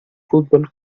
fútbol